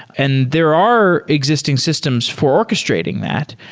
and there are existing systems for orchestrating that,